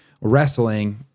wrestling